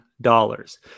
dollars